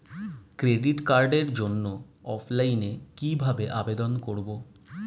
Credit কার্ডের জন্য অফলাইনে কিভাবে আবেদন করব?